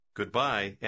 Goodbye